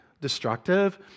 destructive